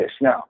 now